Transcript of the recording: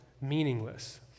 meaningless